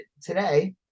today